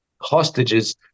hostages